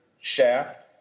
Shaft